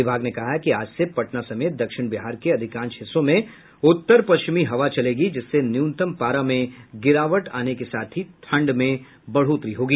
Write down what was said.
विभाग ने कहा है कि आज से पटना समेत दक्षिण बिहार के अधिकांश हिस्सों में उत्तर पश्चिमी हवा चलेगी जिससे न्यूनतम पारा में गिरावट आने के साथ ही ठंड में बढ़ोतरी होगी